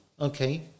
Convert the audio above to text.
okay